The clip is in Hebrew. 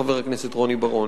חבר הכנסת רוני בר-און.